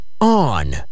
On